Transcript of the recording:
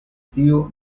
tiu